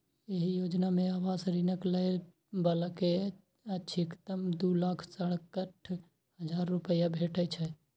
एहि योजना मे आवास ऋणक लै बला कें अछिकतम दू लाख सड़सठ हजार रुपैया भेटै छै